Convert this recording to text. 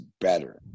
better